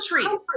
country